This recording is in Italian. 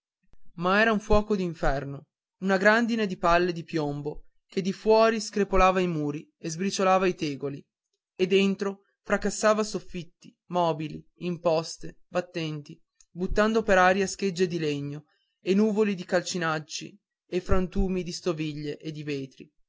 ma era un fuoco d'inferno una grandine di palle di piombo che di fuori screpolava i muri e sbriciolava i tegoli e dentro fracassava soffitti mobili imposte battenti buttando per aria schegge di legno e nuvoli di calcinacci e frantumi di stoviglie e di vetri